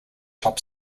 top